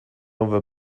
over